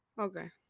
Okay